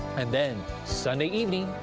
and then sunday evening,